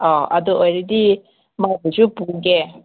ꯑꯥ ꯑꯗꯨ ꯑꯣꯏꯔꯗꯤ ꯃꯥꯕꯨꯁꯨ ꯄꯨꯒꯦ